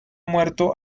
muerto